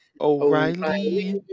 O'Reilly